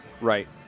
Right